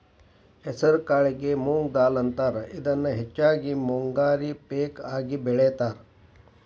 ಹೆಸರಕಾಳಿಗೆ ಮೊಂಗ್ ದಾಲ್ ಅಂತಾರ, ಇದನ್ನ ಹೆಚ್ಚಾಗಿ ಮುಂಗಾರಿ ಪೇಕ ಆಗಿ ಬೆಳೇತಾರ